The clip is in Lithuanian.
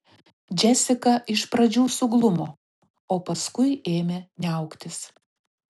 džesika iš pradžių suglumo o paskui ėmė niauktis